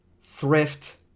thrift